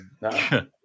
no